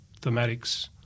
thematics